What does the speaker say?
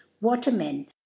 watermen